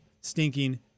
stinking